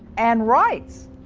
and rights.